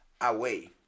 away